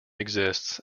exists